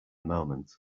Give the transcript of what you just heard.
moment